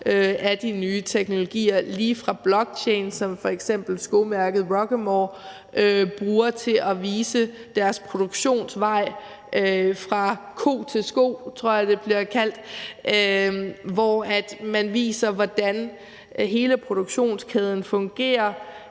af de nye teknologier, f.eks. blockchain, som skomærket Ruccamore bruger til at vise deres produktions vej fra ko til sko, tror jeg det bliver kaldt, hvor man viser, hvordan hele produktionskæden fungerer.